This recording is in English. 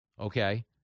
Okay